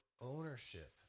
ownership